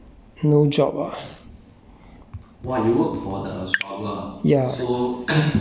and then so now I also like kind of like no job ah